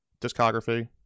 discography